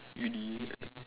really